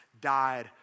died